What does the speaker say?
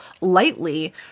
lightly